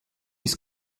ist